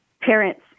parents